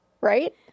right